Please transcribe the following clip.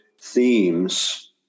themes